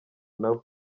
nawe